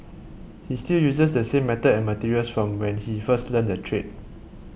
he still uses the same method and materials from when he first learnt the trade